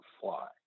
fly